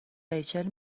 ریچل